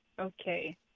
Okay